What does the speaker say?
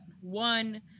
one